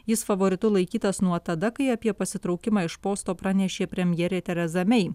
jis favoritu laikytas nuo tada kai apie pasitraukimą iš posto pranešė premjerė tereza mei